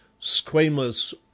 squamous